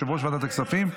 יושב-ראש ועדת הכספים,